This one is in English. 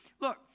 Look